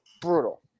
brutal